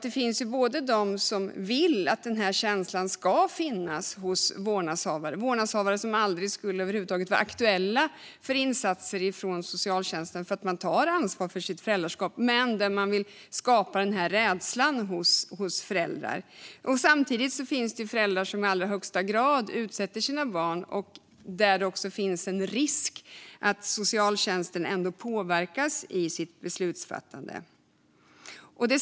Det finns ju människor som vill att denna känsla ska finnas hos vårdnadshavare som aldrig över huvud taget skulle vara aktuella för insatser från socialtjänsten, eftersom de tar ansvar för sitt föräldraskap, och som vill skapa rädsla hos föräldrar. Samtidigt finns det ju föräldrar som i allra högsta grad utsätter sina barn, och i dessa fall finns det risk för att socialtjänsten påverkas i sitt beslutsfattande.